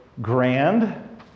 grand